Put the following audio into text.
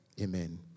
Amen